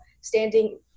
standing